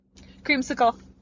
Creamsicle